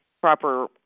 proper